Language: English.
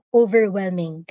overwhelming